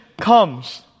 comes